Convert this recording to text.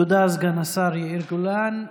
תודה, סגן השר יאיר גולן.